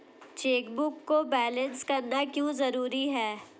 Chequebook को balance करना क्यों जरूरी है?